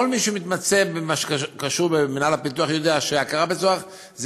כל מי שמתמצא במה שקשור למינהל הפיתוח יודע שהכרה בצורך זה